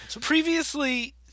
Previously